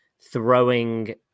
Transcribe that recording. throwing